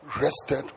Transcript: rested